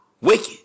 Wicked